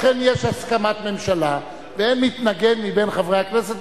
יש הסכמת ממשלה ואין מתנגד מבין חברי הכנסת,